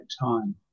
time